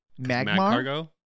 Magmar